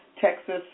Texas